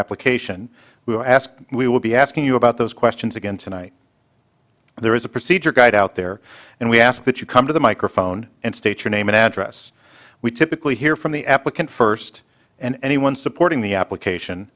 application we were asked we will be asking you about those questions again tonight there is a procedure guide out there and we ask that you come to the microphone and state your name and address we typically hear from the applicant first and anyone supporting the application